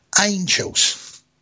angels